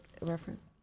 reference